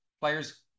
Players